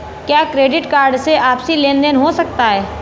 क्या credit card से आपसी लेनदेन हो सकता है?